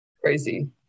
Crazy